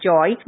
Joy